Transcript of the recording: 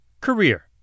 career